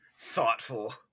thoughtful